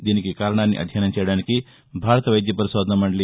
దీనికి కారణాన్ని అధ్యయనం చేయడానికి భారత వైద్య పరిశోధనా మండలి